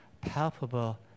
palpable